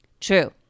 True